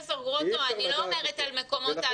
אני לא מדברת על מקומות ההדבקה.